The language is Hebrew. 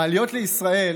העליות לישראל